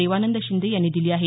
देवानंद शिंदे यांनी दिली आहे